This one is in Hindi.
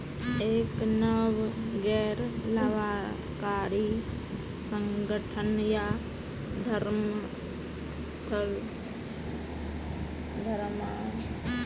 एक नींव गैर लाभकारी संगठन या धर्मार्थ ट्रस्ट की एक श्रेणी हैं